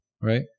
right